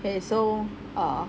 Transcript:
okay so uh